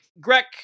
Greg